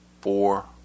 four